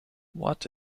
what